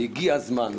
והגיע הזמן,